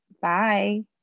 Bye